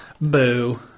Boo